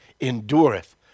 endureth